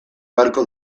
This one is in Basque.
beharko